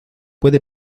puede